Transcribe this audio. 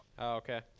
Okay